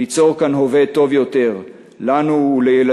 ליצור כאן הווה טוב יותר לנו ולילדינו.